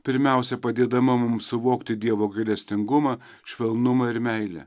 pirmiausia padėdama mums suvokti dievo gailestingumą švelnumą ir meilę